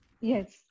Yes